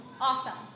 awesome